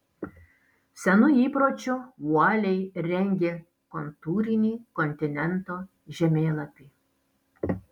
senu įpročiu uoliai rengė kontūrinį kontinento žemėlapį